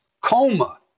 coma